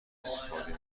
استفاده